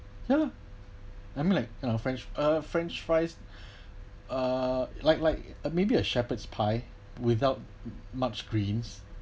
ya lah I mean like uh french uh french fries uh like like a maybe a shepherd's pie without much greens